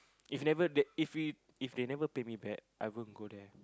if never that if we if they never pay me back I won't go there